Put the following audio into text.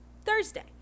Thursday